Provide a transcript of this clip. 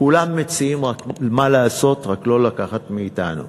כולם מציעים רק מה לעשות, רק לא לקחת מאתנו,